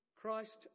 Christ